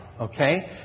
Okay